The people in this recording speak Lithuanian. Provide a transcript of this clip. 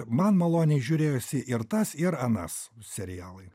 man maloniai žiūrėjosi ir tas ir anas serialai